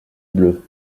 bleu